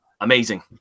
amazing